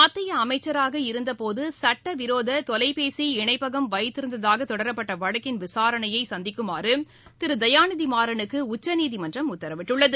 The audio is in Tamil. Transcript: மத்தியஅமைச்சராக இருந்தபோதுசட்டவிரோததொலைபேசி இணப்பகம் வைத்திருந்ததாகதொடரப்பட்டுள்ளவழக்கின் விசாரணையைசந்திக்குமாறுதிருதயாநிதிமாறனுக்குஉச்சநீதிமன்றம் உத்தரவிட்டுள்ளது